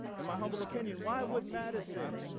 in my humble opinion, why would mattison